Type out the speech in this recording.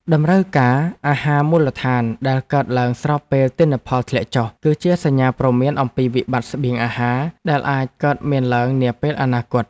តម្រូវការអាហារមូលដ្ឋានដែលកើនឡើងស្របពេលទិន្នផលធ្លាក់ចុះ គឺជាសញ្ញាព្រមានអំពីវិបត្តិស្បៀងអាហារដែលអាចកើតមានឡើងនាពេលអនាគត។